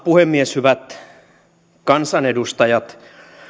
puhemies hyvät kansanedustajat